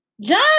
John